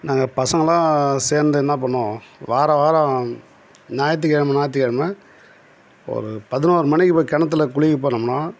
நாங்கள் பசங்களாக சேர்ந்து என்ன பண்ணுவோம் வாரம் வாரம் ஞாயித்திக்கெழமை ஞாயித்திக்கெழமை ஒரு பதினோரு மணிக்கு போய் கிணத்துல குளிக்க போனோம்னா